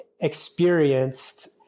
experienced